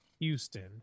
Houston